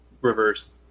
reverse